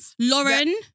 Lauren